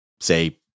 say